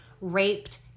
raped